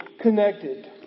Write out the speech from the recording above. connected